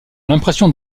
l’impression